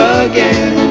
again